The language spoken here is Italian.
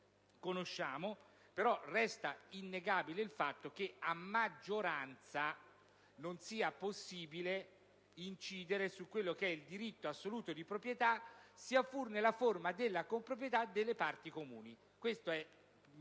però innegabile il fatto che a maggioranza non sia possibile incidere su un diritto assoluto di proprietà, sia pure nella forma della comproprietà delle parti comuni: questa è l'obiezione